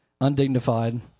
undignified